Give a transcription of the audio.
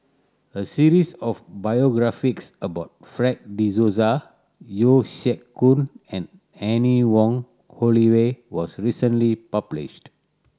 a series of biographies about Fred De Souza Yeo Siak Goon and Anne Wong Holloway was recently published